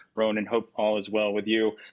ronan hope all is well with you.